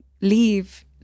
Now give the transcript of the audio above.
leave